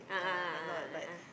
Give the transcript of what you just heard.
a'ah a'ah a'ah